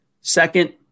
second